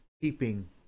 keeping